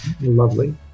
lovely